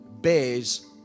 bears